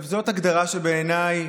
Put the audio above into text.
זאת הגדרה שבעיניי,